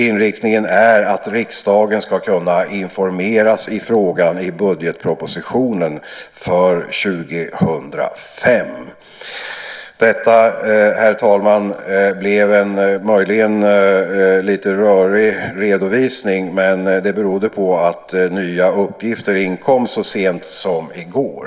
Inriktningen är att riksdagen ska kunna informeras i frågan i budgetpropositionen för 2005. Möjligen blev det, herr talman, en lite rörig redovisning men det beror på att nya uppgifter inkom så sent som i går.